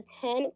Ten